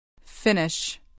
Finish